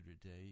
today